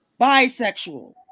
bisexual